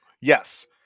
Yes